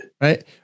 Right